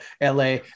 LA